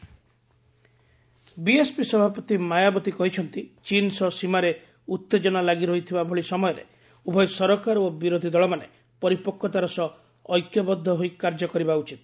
BSP chief BSP ସଭାପତି ମାୟାବତୀ କହିଛନ୍ତି ଚୀନ୍ ସହ ସୀମାରେ ଉତ୍ତେଜନା ଲାଗିରହିଥିବା ଭଳି ସମୟରେ ଉଭୟ ସରକାର ଓ ବିରୋଧୀ ଦଳମାନେ ପରିପକୃତାର ସହ ଐକ୍ୟବଦ୍ଧ ହୋଇ କାର୍ଯ୍ୟ କରିବା ଉଚିତ